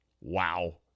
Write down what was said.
Wow